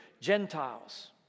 Gentiles